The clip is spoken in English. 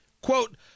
Quote